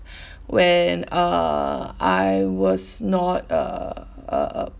when uh I was not uh uh uh